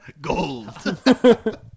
Gold